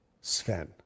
Sven